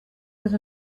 that